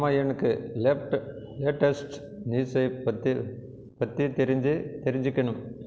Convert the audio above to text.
ஆமா எனக்கு லேட்டஸ்ட் நியூஸை பற்றி பற்றி தெரிஞ்சு தெரிஞ்சுக்கணும்